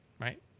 right